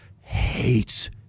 hates